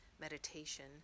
meditation